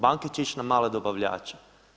Banke će ići na male dobavljače.